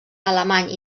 alemany